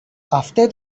after